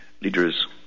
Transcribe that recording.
leaders